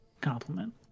compliment